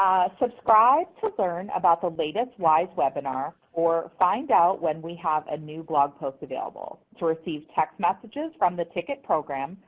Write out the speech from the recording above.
subscribe to learn about the latest wise webinar, or find out when we have a new blog post available. to receive text messages from the ticket program,